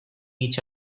each